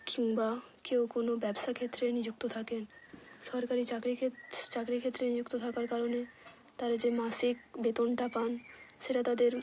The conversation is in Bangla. কিম্বা কেউ কোনো ব্যবসা ক্ষেত্রে নিযুক্ত থাকেন সরকারি চাকরি ক্ষে চাকরি ক্ষেত্রে নিযুক্ত থাকার কারণে তারা যে মাসিক বেতনটা পান সেটা তাদের